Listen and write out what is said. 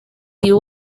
you